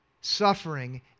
suffering